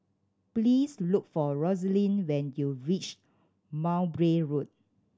please look for Rosaline when you reach Mowbray Road